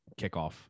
kickoff